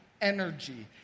energy